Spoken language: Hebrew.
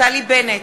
נפתלי בנט,